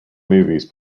movies